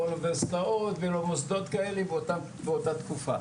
אוניברסיטאות ולא מוסדות כאלה באותה תקופה,